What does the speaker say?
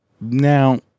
Now